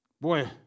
Boy